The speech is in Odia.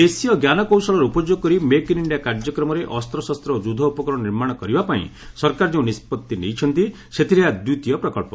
ଦେଶୀୟ ଜ୍ଞାନ କୌଶଳର ଉପଯୋଗ କରି ମେକ୍ ଇନ୍ ଇଣ୍ଡିଆ କାର୍ଯ୍ୟକ୍ରମରେ ଅସ୍ତଶସ୍ତ ଓ ଯୁଦ୍ଧ ଉପକରଣ ନିର୍ମାଣ କରିବାପାଇଁ ସରକାର ଯେଉଁ ନିଷ୍ପଭି ନେଇଛନ୍ତି ସେଥିରେ ଏହା ଦ୍ୱିତୀୟ ପ୍ରକଳ୍ପ